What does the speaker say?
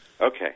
Okay